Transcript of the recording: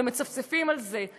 ומצפצפים על זה.